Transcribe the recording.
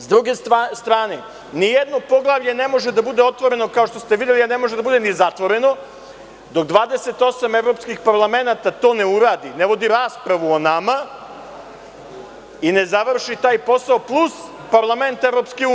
S druge strane, nijedno poglavlje ne može da bude otvoreno kao što ste videli, a ne može da bude ni zatvoreno dok 28 evropskih parlamenata to ne uradi, ne vodi raspravu o nama i ne završi taj posao plus parlament EU.